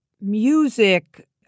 music